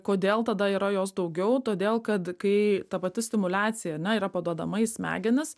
kodėl tada yra jos daugiau todėl kad kai ta pati stimuliacija ane yra paduodama į smegenis